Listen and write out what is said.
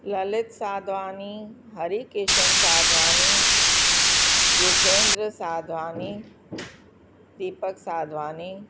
Lalit Sadhwani Hari Kishan Sadhwani Jitendra Sadhwani Deepak Sadhwani